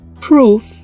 proof